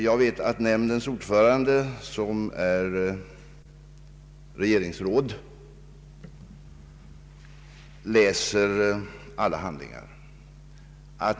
Jag vet att nämndens ordförande, som är regeringsråd, läser alla handlingar.